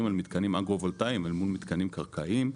על מתקנים אגרו-וולטאיים אל מול מתקנים קרקעיים.